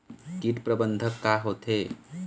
कीट प्रबंधन का होथे?